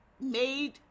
made